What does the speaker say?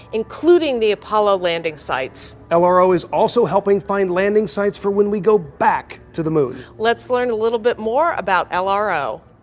including the apollo landing sites. ah lro is also helping find landing sites for when we go back to the moon. let's learn a little bit more about ah lro.